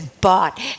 bought